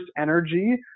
energy